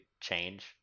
change